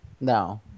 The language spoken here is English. No